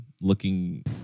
Looking